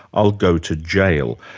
i'll go to jail.